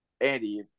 Andy